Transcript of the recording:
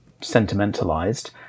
sentimentalized